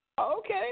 Okay